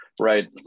right